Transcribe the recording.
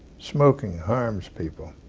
smoking harms people